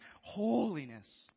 holiness